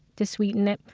to sweeten it.